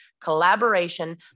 Collaboration